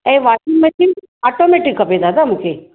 ऐं washing machine automatic खपे दादा मुंखे